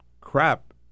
crap